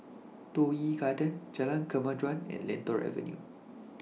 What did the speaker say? Toh Yi Garden Jalan Kemajuan and Lentor Avenue